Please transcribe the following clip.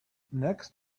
next